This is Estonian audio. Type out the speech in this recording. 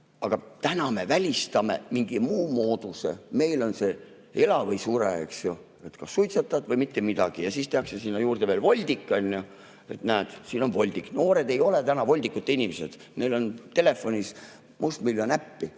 Aga praegu me välistame mingi muu mooduse. Meil on see "ela või sure", eks ju, kas suitsetad või mitte midagi. Ja siis tehakse sinna juurde veel voldik: näed, siin on voldik! Noored ei ole täna voldikute inimesed, neil on telefonis mustmiljon äppi.